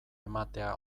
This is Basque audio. ematea